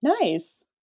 Nice